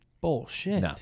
Bullshit